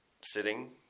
sitting